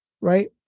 right